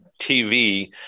TV